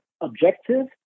objective